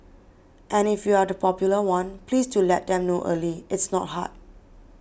and if you're the popular one please do let them know early it's not hard